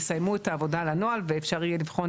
יסיימו את העובדה על הנוהל ואפשר יהיה לבחון